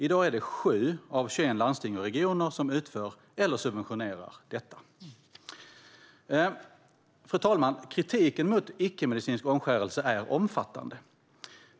I dag är det 7 av 21 regioner och landsting som utför eller subventionerar detta. Fru talman! Kritiken mot icke-medicinsk omskärelse är omfattande.